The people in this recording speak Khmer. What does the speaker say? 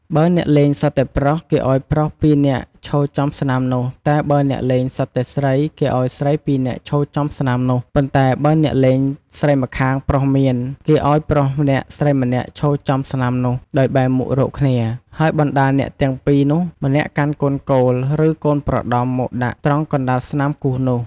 បើអ្នករលេងសុទ្ធតែប្រុស គេឲ្យប្រុស ២ នាក់ ឈរចំស្នាមនោះ តែបើអ្នកលេងសុទ្ធតែស្រី គេឲ្យស្រី ២ នាក់ឈរចំស្លាមនោះ ប៉ន្តែបើអ្នកលេងស្រីម្ខាងប្រុសមាន គេឲ្យប្រុសម្នាក់ស្រីម្នាក់ឈរចំស្នាមនោះ ដោយបែរមុខរកគ្នា ហើយបណ្តាអ្នកទាំង ២ នោះ ម្នាក់កាន់កូនគោល ឬកូនប្រដំមកដាក់ត្រង់កណ្តាលស្នាមគូសនោះ។